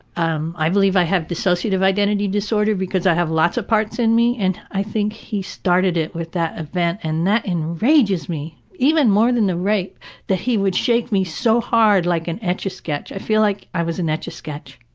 um believe i have dissociative identity disorder because i have lots of parts in me and i think he started it with that event and that enrages me! even more than the rape that he would shake me so hard like an etch-a-sketch. i feel like i was an etch-a-sketch.